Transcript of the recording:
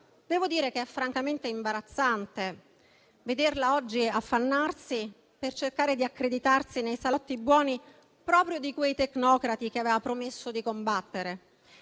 Devo dire che è francamente imbarazzante vederla oggi affannarsi per cercare di accreditarsi nei salotti buoni, proprio di quei tecnocrati che aveva promesso di combattere.